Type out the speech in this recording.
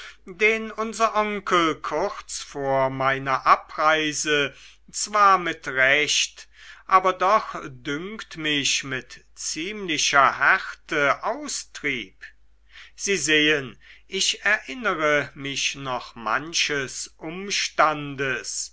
den unser onkel kurz vor meiner abreise zwar mit recht aber doch dünkt mich mit ziemlicher härte austrieb sie sehen ich erinnere mich noch manches umstandes